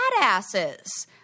badasses